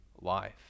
life